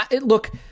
look